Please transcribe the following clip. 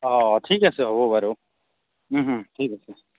অ' ঠিক আছে হ'ব বাৰু ঠিক আছে